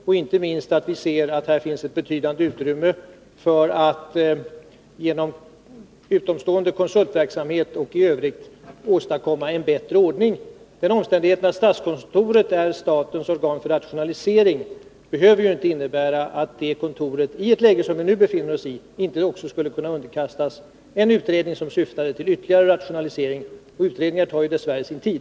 Inte minst beror det på att vi ser att det finns ett betydande utrymme för att genom utomstående konsultverksamhet och även på annat sätt åstadkomma en bättre ordning. Den omständigheten att statskontoret är statens organ för rationalisering oss i skulle kunna underkastas en utredning som syftade till ytterligare rationalisering. Och utredningar tar ju dess värre sin tid.